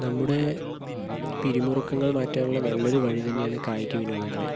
നമ്മുടെ പിരിമുറുക്കങ്ങൾ മാറ്റാനുള്ള നല്ലൊരു വഴിതന്നെയാണ് കായിക വിനോദങ്ങള്